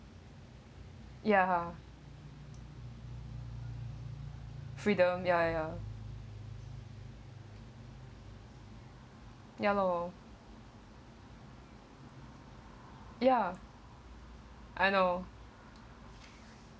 ya freedom ya ya ya lor ya I know